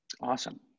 Awesome